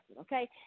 okay